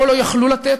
או לא יכלו לתת,